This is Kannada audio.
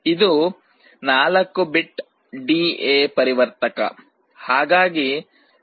ಇದು 4 ಬಿಟ್ ಡಿಎ ಪರಿವರ್ತಕDA converter